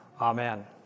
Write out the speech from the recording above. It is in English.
Amen